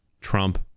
Trump